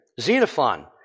Xenophon